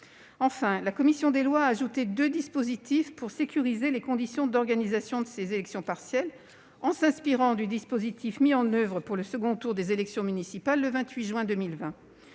Enfin, la commission des lois a ajouté deux dispositifs pour sécuriser les conditions d'organisation de ces élections partielles, en s'inspirant du dispositif mis en oeuvre pour le second tour des élections municipales du 28 juin 2020.